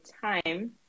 time